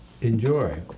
Enjoy